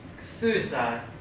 suicide